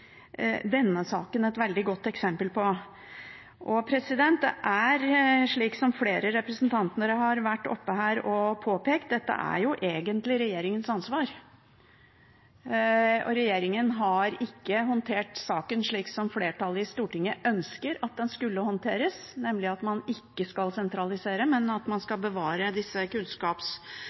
denne saken et veldig godt eksempel på. Dette er, som flere representanter har vært her oppe og påpekt, egentlig regjeringens ansvar. Regjeringen har ikke håndtert saken slik som flertallet i Stortinget ønsker at den skal håndteres, nemlig at man ikke skal sentralisere, men at man skal bevare disse kunnskaps-